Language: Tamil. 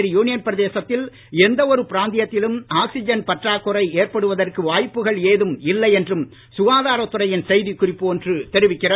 புதுச்சேரி யூனியன் பிரதேசத்தின் எந்தடுரு பிராந்தியத்திலும் ஆக்சிஜன் பற்றாக்குறை ஏற்படுவதற்கு வாய்ப்புகள் ஏதும் இல்லை என்றும் சுகாதார துறையின் செய்திக் குறிப்பு ஒன்று தெரிவிக்கிறது